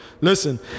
listen